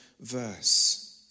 verse